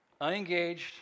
Unengaged